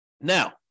Now